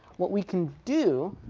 what we can do